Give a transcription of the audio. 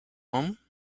home